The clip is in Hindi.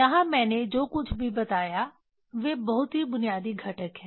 यहाँ मैंने जो कुछ भी बताया वे बहुत ही बुनियादी घटक हैं